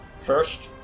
First